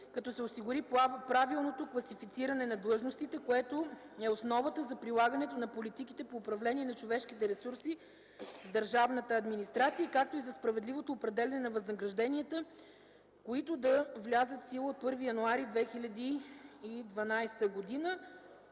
като се осигури правилното класифициране на длъжностите, което е основата за прилагането на политиките по управление на човешките ресурси в държавната администрация, както и за справедливото определяне на възнагражденията, който да влезе в сила от 1 януари 2012 г.